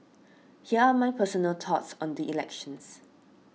here are my personal thoughts on the elections